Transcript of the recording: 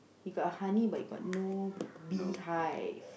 you got honey but you got no beehive